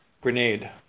grenade